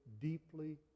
deeply